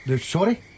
Sorry